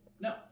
No